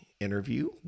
interview